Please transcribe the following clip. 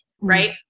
Right